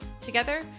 Together